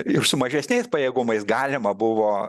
ir su mažesniais pajėgumais galima buvo